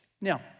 Now